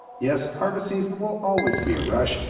yes, harvest season will always be a rush,